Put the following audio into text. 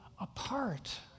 apart